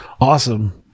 awesome